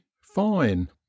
fine